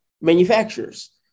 manufacturers